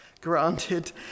granted